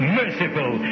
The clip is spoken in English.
merciful